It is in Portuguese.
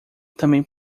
também